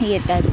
येतात